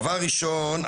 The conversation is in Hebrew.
דבר ראשון,